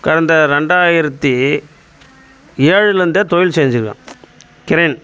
கடத்த ரெண்டாயிரத்தி ஏழுலேருந்தே தொழில் செஞ்சின்னு இருக்கேன் கிரேன்